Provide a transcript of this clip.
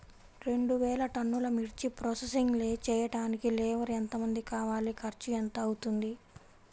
రెండు వేలు టన్నుల మిర్చి ప్రోసెసింగ్ చేయడానికి లేబర్ ఎంతమంది కావాలి, ఖర్చు ఎంత అవుతుంది?